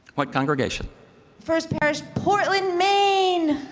what congregation first parish, portland, maine.